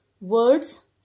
words